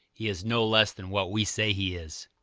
he is no less than what we say he is.